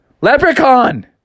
leprechaun